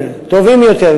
טובים יותר,